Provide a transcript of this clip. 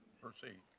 proceed.